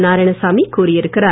நாராயணசாமி கூறியிருக்கிறார்